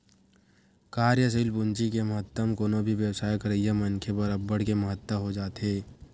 कार्यसील पूंजी के महत्तम कोनो भी बेवसाय करइया मनखे बर अब्बड़ के महत्ता हो जाथे